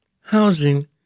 Housing